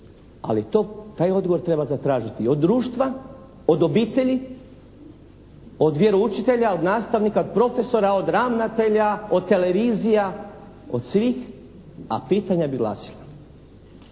ali taj odgovor treba zatražiti od društva, od obitelji, od vjeroučitelja, od nastavnika, od profesora, od ravnatelja, od televizija, od svih, a pitanja bi glasila.